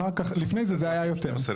לפני זה, זה היה יותר.